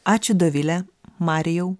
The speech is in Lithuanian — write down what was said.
ačiū dovile marijau